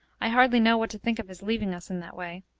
i hardly know what to think of his leaving us in that way.